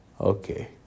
Okay